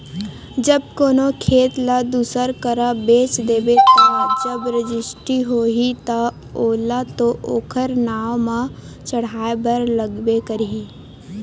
जब कोनो खेत ल दूसर करा बेच देबे ता जब रजिस्टी होही ता ओला तो ओखर नांव म चड़हाय बर लगबे करही